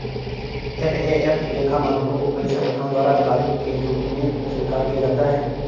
FAF लेखा मानकों को कई संगठनों द्वारा आधिकारिक के रूप में स्वीकार किया जाता है